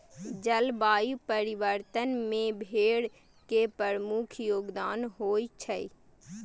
जलवायु परिवर्तन मे भेड़ के प्रमुख योगदान होइ छै